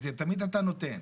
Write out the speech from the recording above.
תמיד אתה נותן.